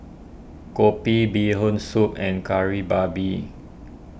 Kopi Bee Hoon Soup and Kari Babi